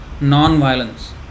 Non-violence